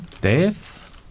Dave